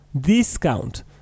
discount